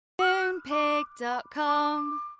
Moonpig.com